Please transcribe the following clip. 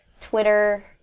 Twitter